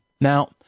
Now